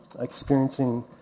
experiencing